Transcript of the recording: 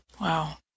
wow